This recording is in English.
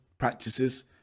practices